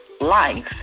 life